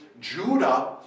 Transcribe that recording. Judah